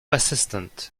assistant